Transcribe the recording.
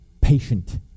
patient